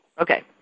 okay